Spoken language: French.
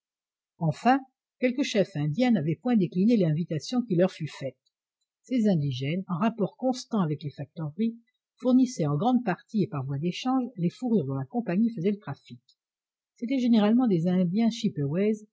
enfin quelques chefs indiens n'avaient point décliné l'invitation qui leur fut faite ces indigènes en rapports constants avec les factoreries fournissaient en grande partie et par voie d'échange les fourrures dont la compagnie faisait le trafic c'étaient généralement des indiens